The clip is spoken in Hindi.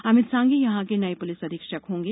अमित सांघी यहां के नये पुलिस अधीक्षक होंगे